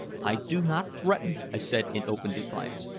i do not threaten, i said in open defiance,